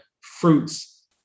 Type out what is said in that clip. fruits